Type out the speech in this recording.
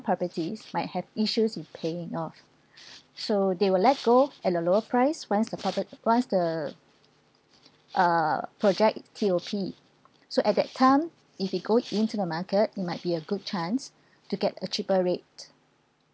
properties might have issues with paying off so they will let go at a lower price once supported once the uh project T_O_P so at that time if you go into the market it might be a good chance to get a cheaper rate